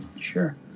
sure